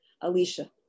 Alicia